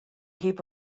heap